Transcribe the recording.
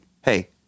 hey